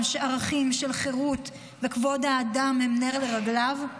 שערכים של חירות וכבוד האדם הם נר לרגליו,